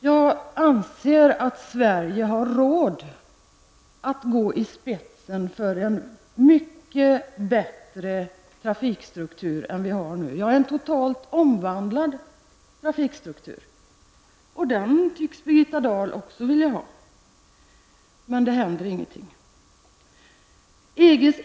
Jag anser att Sverige har råd att gå i spetsen för en mycket bättre trafikstruktur än den vi nu har -- ja, en totalt omvandlad trafikstruktur. En sådan tycks också Birgitta Dahl vilja ha. Men ingenting händer.